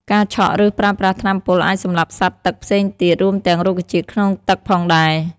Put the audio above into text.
ការឆក់ ឬប្រើប្រាស់ថ្នាំពុលអាចសម្លាប់សត្វទឹកផ្សេងទៀត រួមទាំងរុក្ខជាតិក្នុងទឹកផងដែរ។